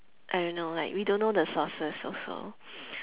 I don't know like we don't know the sources also